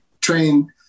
train